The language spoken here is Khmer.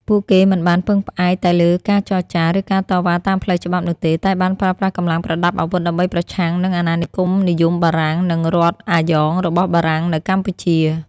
ពួកគេមិនបានពឹងផ្អែកតែលើការចរចា ឬការតវ៉ាតាមផ្លូវច្បាប់នោះទេ តែបានប្រើប្រាស់កម្លាំងប្រដាប់អាវុធដើម្បីប្រឆាំងនឹង អាណានិគមនិយមបារាំង និង រដ្ឋអាយ៉ងរបស់បារាំងនៅកម្ពុជា។